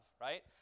right